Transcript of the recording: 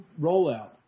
rollout